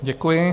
Děkuji.